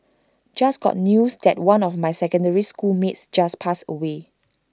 just got news that one of my secondary school mates just passed away